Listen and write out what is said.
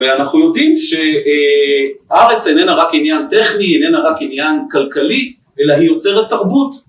ואנחנו יודעים שארץ איננה רק עניין טכני, איננה רק עניין כלכלי אלא היא יוצרת תרבות